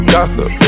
Gossip